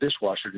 dishwasher